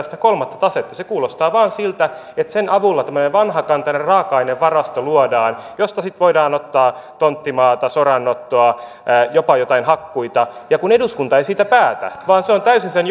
sitä kolmatta tasetta se kuulostaa vain siltä että sen avulla luodaan tämmöinen vanhakantainen raaka ainevarasto josta sitten voidaan ottaa tonttimaata soranottoa jopa joitain hakkuita ja eduskunta ei siitä päätä vaan se on täysin sen